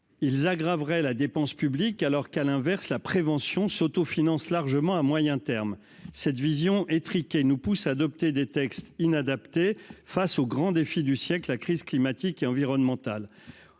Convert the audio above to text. Ils aggraveraient la dépense publique, alors qu'à l'inverse, la prévention s'auto-finance largement à moyen terme, cette vision étriquée nous pousse adopter des textes inadaptés face aux grands défis du siècle, la crise climatique et environnemental,